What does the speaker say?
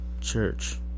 church